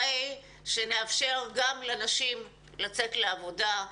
הרי שנאפשר גם לנשים לצאת לעבודה,